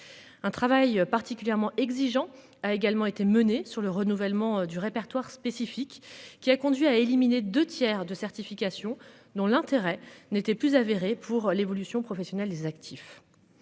Un travail particulièrement exigeant, a également été menée sur le renouvellement du répertoire spécifique qui a conduit à éliminer de tiers de certification dont l'intérêt n'était plus avéré pour l'évolution professionnelle des actifs.